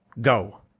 go